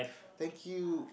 thank you